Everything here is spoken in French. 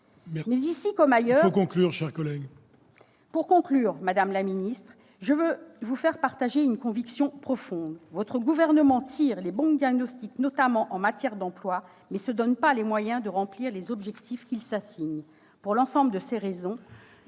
dans notre société. Pour conclure, madame la ministre, je veux vous faire partager une conviction profonde : votre gouvernement émet les bons diagnostics, notamment en matière d'emploi, mais ne se donne pas les moyens de remplir les objectifs qu'il s'assigne. Pour l'ensemble de ces raisons,